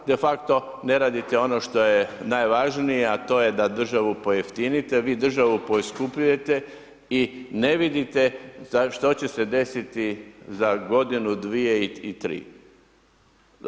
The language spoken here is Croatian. Defakto ne redite ono što je najvažnije, a to je da državu pojeftinite, vi državu poskupljujete i ne vidite što će se desiti za godinu, dvije i tri.